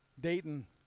Dayton